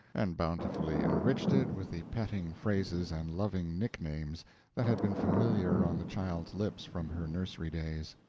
and bountifully enriched it with the petting phrases and loving nicknames that had been familiar on the child's lips from her nursery days.